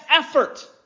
effort